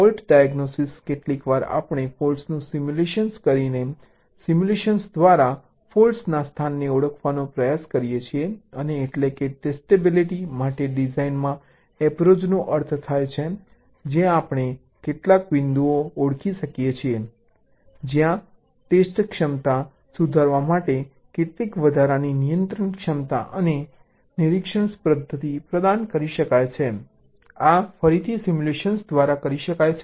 fault diagnosis કેટલીકવાર આપણે ફોલ્ટ્સનું સિમ્યુલેટ કરીને સિમ્યુલેશન દ્વારા ફોલ્ટના સ્થાનને ઓળખવાનો પ્રયાસ કરીએ છીએ અને એટલેકે ટેસ્ટેબિલિટી માટે ડિઝાઇનમાં એપ્રોચનો અર્થ થાય છે જ્યાં આપણે કેટલાક બિંદુઓને ઓળખી શકીએ છીએ જ્યાં ટેસ્ટક્ષમતા સુધારવા માટે કેટલીક વધારાની નિયંત્રણક્ષમતા અને નિરીક્ષણ પદ્ધતિ પ્રદાન કરી શકાય છે આ ફરીથી સિમ્યુલેશન દ્વારા કરી શકાય છે